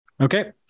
Okay